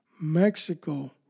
Mexico